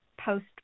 post